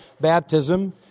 baptism